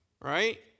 Right